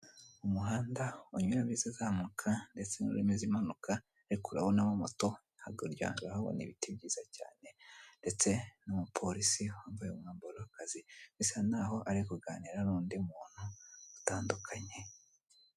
Umuhanda unyuramo izizamuka ndetse n'urimo izimanuka hari kunyuraho moto hakurya ura habona ibiti byiza cyane ndetse n'umupolisi wambaye umwambaro w'akazi bisa naho ari kuganira n'undi muntu utandukanye.